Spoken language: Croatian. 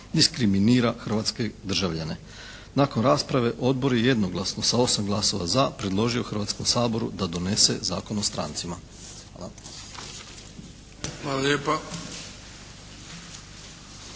diskriminira hrvatske državljane. Nakon rasprave odbor je jednoglasno sa 8 glasova za predložio Hrvatskom saboru da donese Zakon o strancima. Hvala.